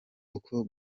uko